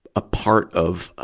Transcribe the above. a part of, ah